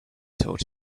taught